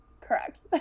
correct